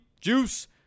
Juice